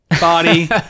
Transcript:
body